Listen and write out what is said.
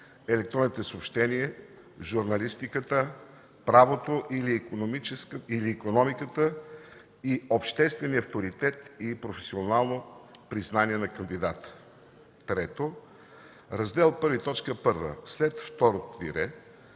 електронните съобщения, журналистиката, правото или икономиката и обществения авторитет и професионално признание на кандидата.”. 3. В раздел І, т. 1 след второто тире,